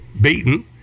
beaten